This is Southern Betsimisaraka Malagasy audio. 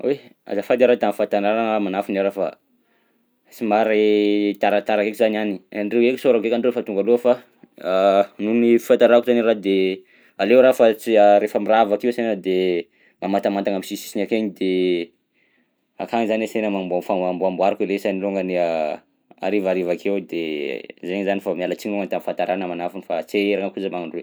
Oy! Azafady araha tam'fahatarana manafo niara fa somary taratara ndraika za niany, andreo eka isaorako eka andreo fa tonga aloha fa nohon'ny fahatarako teo iny araha de aleo araha fa tsy rehefa mirava akeo ansena de mamantamantana am'sisiny akegny de akagny zany ansena mamboa- fa- amboamboariko elaisany longany harivariva akeo de zaigny zany fa miala tsiny moa tam'fahatarana manafo fa tsy aherigna koza manindroy.